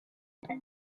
she